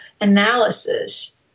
analysis